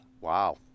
Wow